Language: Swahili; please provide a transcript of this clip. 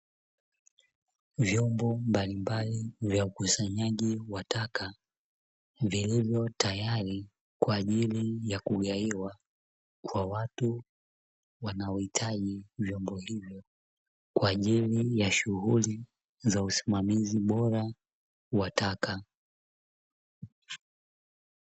Vyombo mbalimbali vya ukusanyaji wa taka, vilivyo tayari kwa ajili ya kugaiwa kwa watu wanaohitaji vyombo hivyo, kwa ajili ya shughuli za usimamizi bora wa taka.